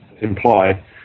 imply